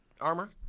armor